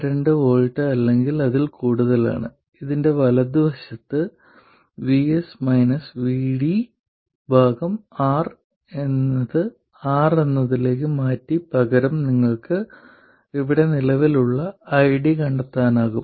72 V അല്ലെങ്കിൽ അതിൽ കൂടുതലാണ് ഇതിന്റെ വലതുവശത്ത് R R എന്നതിലേക്ക് മാറ്റി പകരം നിങ്ങൾക്ക് ഇവിടെ നിലവിലുള്ള ID കണ്ടെത്താനാകും